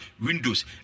windows